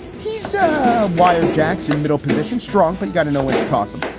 he said while jack's in middle position strong, but you gotta know when to toss him.